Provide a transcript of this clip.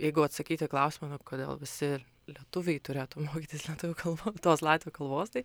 jeigu atsakyti į klausimą kodėl visi lietuviai turėtų mokytis lietuvių kalbo tos latvių kalbos tai